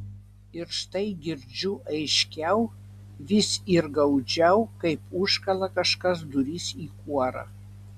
ir štai girdžiu aiškiau vis ir gaudžiau kaip užkala kažkas duris į kuorą